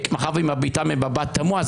מאחר שהיא מביטה במבט תמוה,